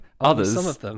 others